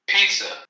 Pizza